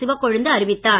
சிவக்கொழுந்து அறிவித்தார்